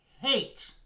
hate